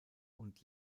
und